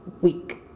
week